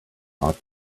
ought